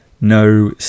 no